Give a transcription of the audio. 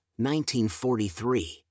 1943